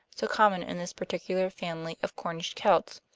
so common in this particular family of cornish celts.